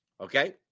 okay